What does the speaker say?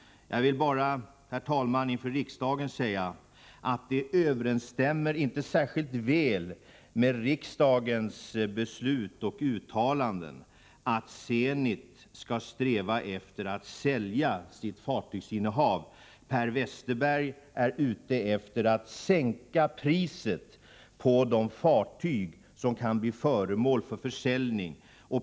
Jag vill, herr talman, inför riksdagen säga att detta inte överensstämmer särskilt väl med riksdagens beslut och uttalande om att Zenit skall sträva efter att sälja sitt fartygsinnehav. Per Westerberg är ute efter att sänka priset på de fartyg som kan bli föremål för försäljning.